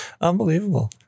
Unbelievable